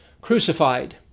crucified